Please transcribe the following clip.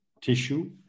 tissue